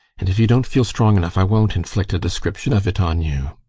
and if you don't feel strong enough i won't inflict a description of it on you.